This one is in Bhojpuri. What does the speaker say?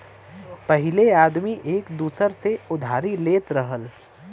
पहिले आदमी एक दूसर से उधारी लेत रहल